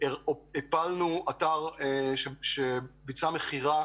הפלנו אתר שביצע מכירה